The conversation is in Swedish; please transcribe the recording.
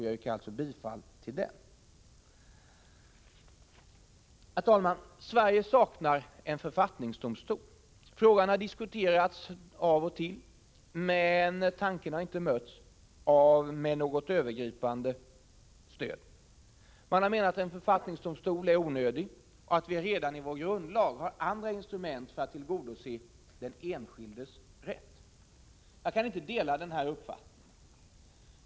Jag yrkar alltså bifall till den reservationen. Herr talman! Sverige saknar en författningsdomstol. Frågan om en sådan domstol har diskuterats av och till, men tanken har inte mötts av något övergripande stöd. Man har menat att en författningsdomstol är onödig och att vi redan i vår grundlag har andra instrument för att tillgodose den enskildes rätt. Jag kan inte dela denna uppfattning.